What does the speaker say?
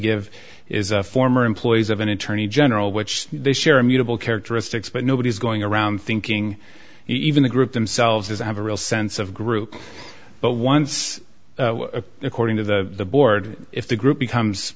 give is a former employees of an attorney general which they share immutable characteristics but nobody's going around thinking even a group themselves as i have a real sense of group but once according to the board if the group becomes